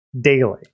daily